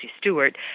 Stewart